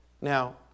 Now